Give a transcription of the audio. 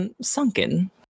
sunken